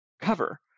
cover